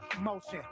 motion